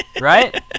Right